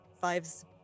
fives